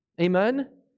Amen